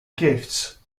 gifts